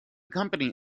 company